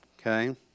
Okay